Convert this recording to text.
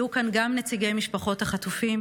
יהיו כאן גם נציגי משפחות החטופים,